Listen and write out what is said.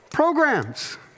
Programs